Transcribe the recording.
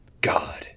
God